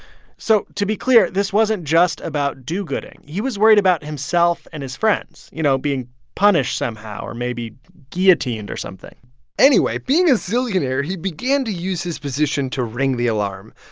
so to be clear, this wasn't just about do-gooding. he was worried about himself and his friends, you know, being punished somehow or, maybe, guillotined or something anyway, being a zillionaire, he began to use his position to ring the alarm.